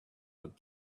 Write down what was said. had